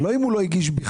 זה לא אם הוא לא הגיש בכלל,